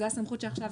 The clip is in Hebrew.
זאת הסמכות שעכשיו